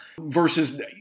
versus